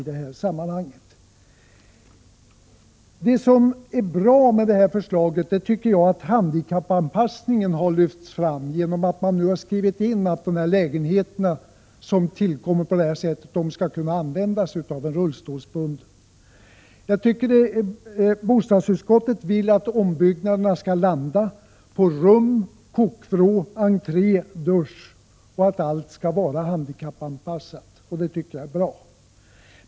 Vad som är bra med förslaget är att handikappanpassningen har lyfts fram, genom att man skrivit in att de lägenheter som tillkommer skall kunna användas av en rullstolsbunden. Bostadsutskottet vill att ombyggnaderna skall landa på rum, kokvrå, entré och dusch samt att allt skall vara handikappanpassat. Det tycker jag är bra.